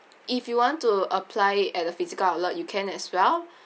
if you want to apply at the physical outlet you can as well